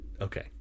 okay